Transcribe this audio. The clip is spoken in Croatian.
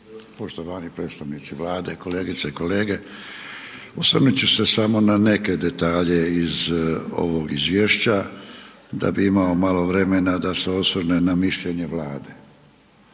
poštovani predstavnici Vlade, kolegice i kolege, osvrnut ću se samo na neke detalje iz ovog izvješća, da bi imao malo vremena da se osvrnem na mišljenje Vlade.